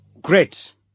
Great